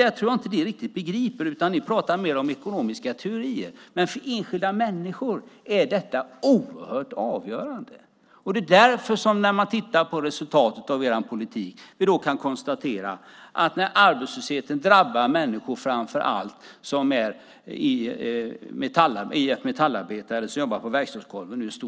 Jag tror inte att ni riktigt begriper detta. Ni pratar mer om ekonomiska teorier. Men för enskilda människor är detta oerhört avgörande. Det är därför som man, när man tittar på resultatet av er politik, kan konstatera att när arbetslösheten i stor omfattning drabbar framför allt metallarbetare inom IF Metall som jobbar på verkstadsgolvet